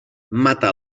mata